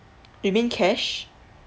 you mean cash